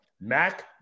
Mac